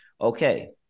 okay